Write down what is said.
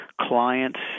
clients